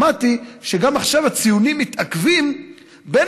אבל שמעתי שעכשיו הציונים מתעכבים בין